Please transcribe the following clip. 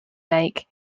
lake